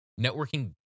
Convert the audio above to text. Networking